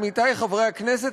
עמיתי חברי הכנסת,